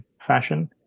fashion